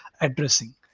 addressing